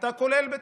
אתה כולל בתוכה.